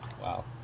Wow